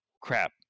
crap